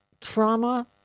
trauma